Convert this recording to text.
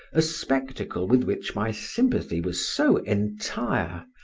a spectacle with which my sympathy was so entire,